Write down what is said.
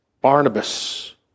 Barnabas